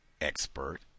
expert